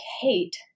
hate